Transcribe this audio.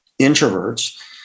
introverts